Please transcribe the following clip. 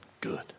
good